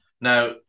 Now